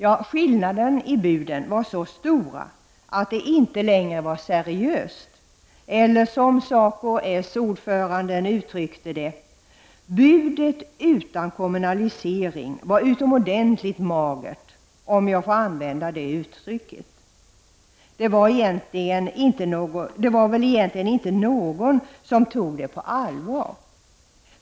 Ja, skillnaden mellan buden var så stor att det ena inte längre var seriöst, eller som SACO-S ordförande uttryckte det: Budet utan kommunalisering var utomordentligt magert, om jag får använda det uttrycket. Det var väl egentligen inte någon som tog det på allvar.